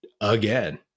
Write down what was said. again